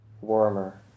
warmer